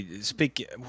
speak